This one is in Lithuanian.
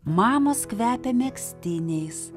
mamos kvepia megztiniais